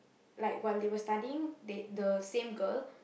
like while they were studying they the same girl